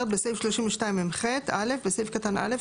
בסעיף 32מח - (א) בסעיף קטן (א),